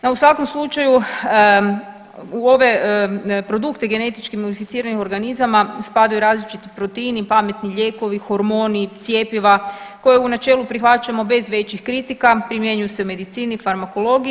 No u svakom slučaju ove produkte genetički modificiranih organizama spadaju različiti proteini, pametni lijekovi, hormoni, cjepiva koje u načelu prihvaćamo bez većih kritika, primjenjuju se u medicini, farmakologiji.